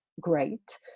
great